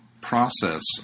process